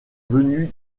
venue